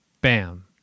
Bam